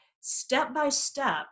step-by-step